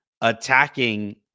attacking